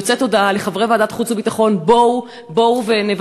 יוצאת הודעה לחברי ועדת חוץ וביטחון: בואו ונבטל